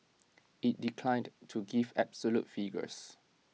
IT declined to give absolute figures